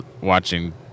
watching